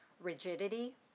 rigidity